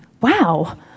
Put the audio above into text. wow